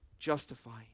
justifying